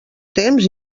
temps